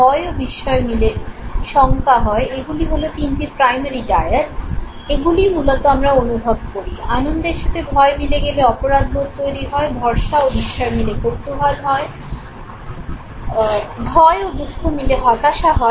ভয় ও বিস্ময় মিলে শঙ্কা হয়